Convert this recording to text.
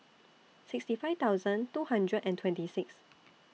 sixty five thousand two hundred and twenty six